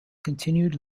continued